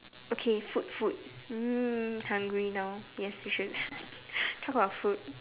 okay food food mm hungry now yes we should talk about food